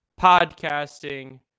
podcasting